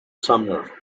sumner